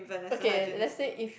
okay let's say if